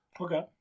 Okay